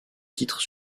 titres